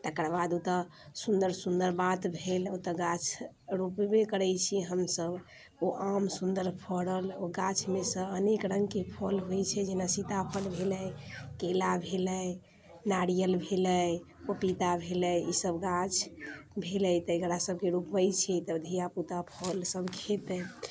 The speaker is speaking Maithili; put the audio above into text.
तकर बाद ओतऽ सुन्दर सुन्दर बात भेल ओतऽ गाछ रोपबे करैत छी हमसब ओ आम सुन्दर फड़ल ओ गाछमेसँ अनेक रङ्गके फल होइत छै जेना सीताफल भेलै केला भेलै नारियल भेलै पपीता भेलै ई सब गाछ भेलै तऽ एकरा सबके रोपबैत छियै तऽ धिआ पुता फल सब खयतै